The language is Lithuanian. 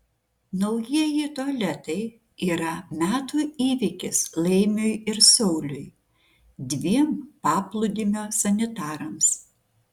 naujieji tualetai yra metų įvykis laimiui ir sauliui dviem paplūdimio sanitarams